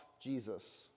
Jesus